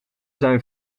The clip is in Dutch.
zijn